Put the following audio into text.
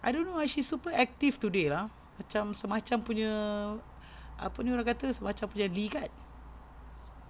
I don't know ah she's super active today lah macam macam punya apa ni orang kata semacam punya ligat